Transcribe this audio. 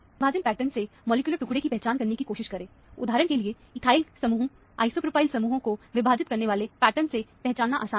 विभाजन पैटर्न से मॉलिक्यूलर टुकड़े की पहचान करने की कोशिश करें उदाहरण के लिए इथाइल समूह आइसोप्रोपिल समूहों को विभाजित करने वाले पैटर्न से पहचानना आसान है